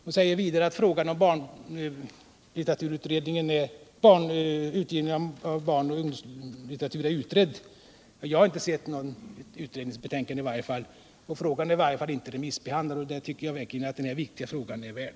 Hon säger vidare att frågan om utgivning av barn och ungdomslitteratur är utredd. Jag har inte sett något utredningsbetänkande. Frågan är i varje fall inte remissbehandlad, och det tycker jag verkligen att den här viktiga frågan är värd.